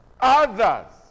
others